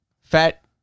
Fat